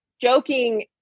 joking